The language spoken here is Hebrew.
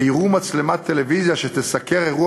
ויראו מצלמת טלוויזיה שתסקר אירוע